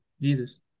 Jesus